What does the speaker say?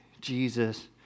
Jesus